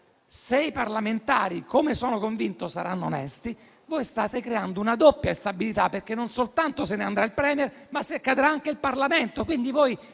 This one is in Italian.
Se i parlamentari, come sono convinto, saranno onesti, voi state invece creando una doppia instabilità, perché, non soltanto se ne andrà il *premier*, ma cadrà anche il Parlamento.